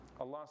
Allah